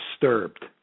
disturbed